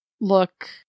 look